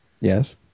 Yes